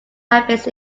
habits